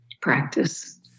Practice